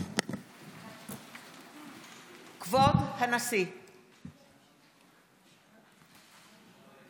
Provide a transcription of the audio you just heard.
כבוד הנשיא! (חברי הכנסת